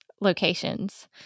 locations